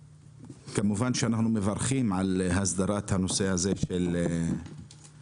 כמובן שאנחנו מברכים על הסדרת הנושא הזה של הדיג